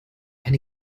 eine